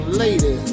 lady